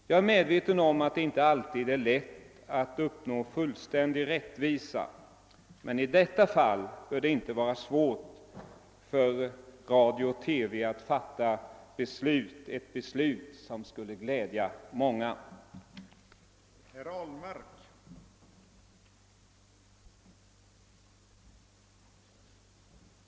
Jag är medveten om att det inte alltid är lätt att uppnå fullständig rättvisa, men i detta fall bör det inte vara svårt för Sveriges Radio-TV att fatta ett beslut som skulle glädja många människor.